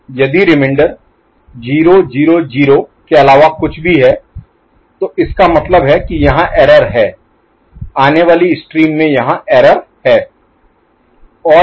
यदि रिमेंडर 0 0 0 के अलावा कुछ भी है तो इसका मतलब है कि यहां एरर Error त्रुटि है आने वाली स्ट्रीम में यहां एरर Error त्रुटि है